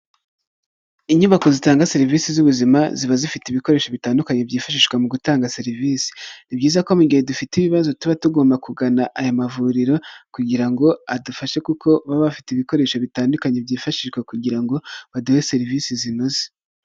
Inyubako zitanga serivisi z'ubuzima, ziba zifite ibikoresho bitandukanye, byifashishwa mu gutanga serivisi, ni byiza ko mu gihe dufite ibibazo, tuba tugomba kugana aya mavuriro kugira ngo adufashe kuko baba bafite ibikoresho bitandukanye, byifashishwa kugira ngo baduhe serivisi zinoze.